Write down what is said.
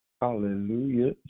Hallelujah